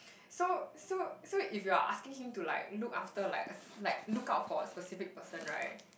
so so so if you are asking him to like look after like a s~ like look out for a specific person right